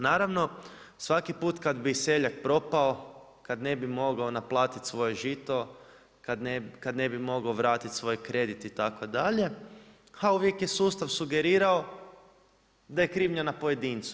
Naravno svaki put kada bi seljak propao, kada ne bi mogao naplatiti svoje žito kada ne bi mogao vratiti svoj kredit itd., ha uvijek je sustav sugerirao da je krivnja na pojedincu.